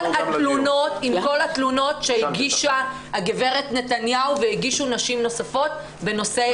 התלונות שהגישה הגברת נתניהו והגישו נשים נוספות בנושא.